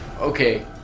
Okay